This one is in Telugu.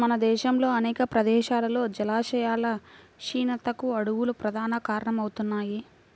మన దేశంలో అనేక ప్రదేశాల్లో జలాశయాల క్షీణతకు అడవులు ప్రధాన కారణమవుతున్నాయి